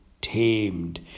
tamed